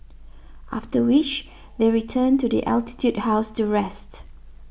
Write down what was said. after which they return to the Altitude House to rest